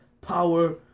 power